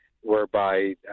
Whereby